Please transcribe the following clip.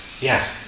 yes